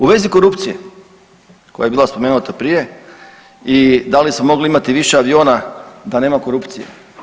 U vezi korupcije koja je bila spomenuta prije i da li smo mogli imati više aviona da nema korupcije.